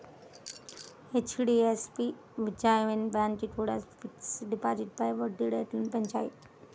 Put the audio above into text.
HDFC, Ujjivan bank కూడా fixed డిపాజిట్లపై వడ్డీ రేట్లను పెంచాయి